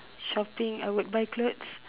shopping I would buy clothes